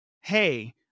hey